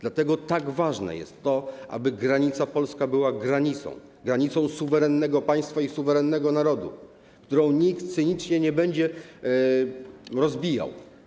Dlatego tak ważne jest to, aby granica polska była granicą suwerennego państwa i suwerennego narodu, której nikt cynicznie nie będzie rozbijał.